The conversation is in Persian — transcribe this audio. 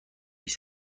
است